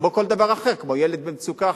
כמו כל דבר אחר, כמו ילד אחר במצוקה.